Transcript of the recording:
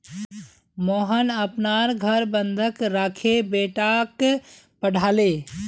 मोहन अपनार घर बंधक राखे बेटाक पढ़ाले